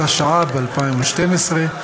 התשע"ב 2012,